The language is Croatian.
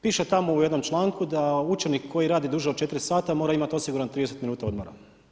Piše tamo u jednom članku da učenik koji radi duže od četiri sata mora imati osigurano 30 minuta odmora.